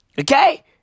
Okay